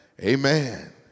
Amen